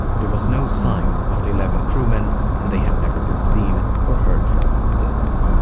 there was no sign of the eleven crewman and they have never been seen or heard from since.